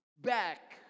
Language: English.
back